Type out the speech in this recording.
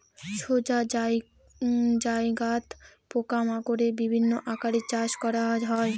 সোজা জায়গাত পোকা মাকড়ের বিভিন্ন আকারে চাষ করা হয়